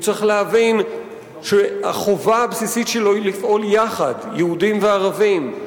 הוא צריך להבין שהחובה הבסיסית שלו היא לפעול יחד יהודים וערבים,